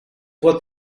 what